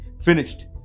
finished